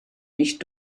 nicht